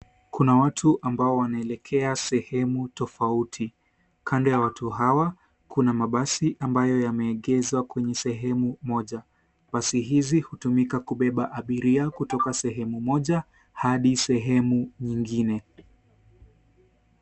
Kuna watu ambao wanaelekea sehemu tofauti. Kando ya watu hawa kuna mabasi ambayo yameegezwa kwenye sehemu moja. Basi hizi hutumika kubeba abiria kutoka sehemu moja hadi sehemu nyingine.